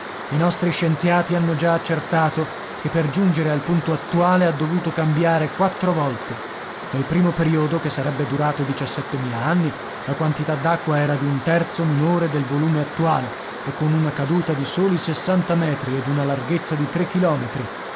i nostri scienziati hanno già accertato che per giungere al punto attuale ha dovuto cambiare quattro volte nel primo periodo che sarebbe durato anni la quantità d'acqua era di un terzo minore del volume attuale e con una caduta di soli sessanta metri ed una larghezza di chilometri